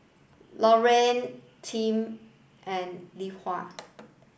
Lorena Team and Lethia